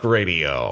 Radio